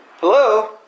Hello